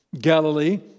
Galilee